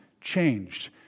changed